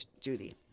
Judy